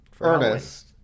Ernest